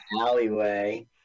alleyway